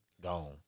gone